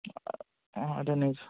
অঁ